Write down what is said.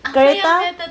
kereta